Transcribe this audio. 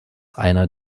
einer